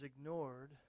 ignored